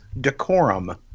Decorum